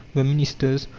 the ministers,